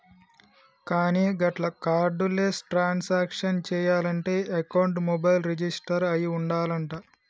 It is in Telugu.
కానీ గట్ల కార్డు లెస్ ట్రాన్సాక్షన్ చేయాలంటే అకౌంట్ మొబైల్ రిజిస్టర్ అయి ఉండాలంట